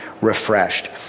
refreshed